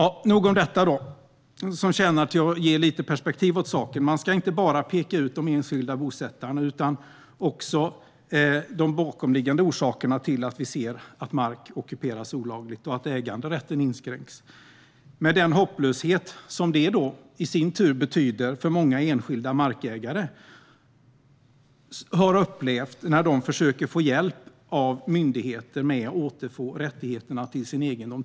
Nog om detta, som tjänar till att ge lite perspektiv på saken. Man ska inte bara peka ut de enskilda bosättarna utan också peka på de bakomliggande orsakerna till att mark ockuperas olagligt och äganderätten inskränks, med den hopplöshet som det i sin tur innebär för många enskilda markägare när de försöker få hjälp av myndigheter med att återfå rättigheterna till sin egendom.